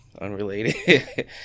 unrelated